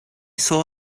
saw